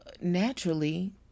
naturally